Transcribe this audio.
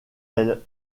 elles